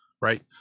Right